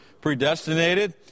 predestinated